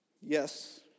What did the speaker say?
Yes